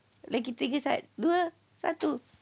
lagi tiga saat dua satu